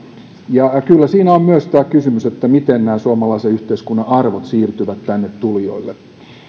ja kyllä siinä on myös se kysymys että miten suomalaisen yhteiskunnan arvot siirtyvät tänne tulijoille